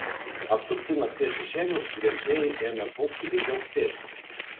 apsupti nakties šešėlių grėslieji ėmė kaukti ir viauksėti